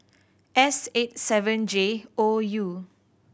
S eight seven J O U